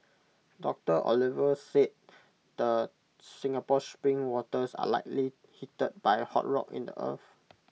doctor Oliver said the Singapore spring waters are likely heated by hot rock in the earth